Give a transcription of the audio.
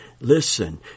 listen